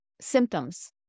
symptoms